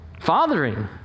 Fathering